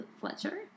Fletcher